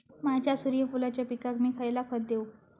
माझ्या सूर्यफुलाच्या पिकाक मी खयला खत देवू?